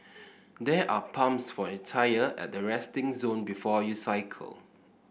there are pumps for your tyres at the resting zone before you cycle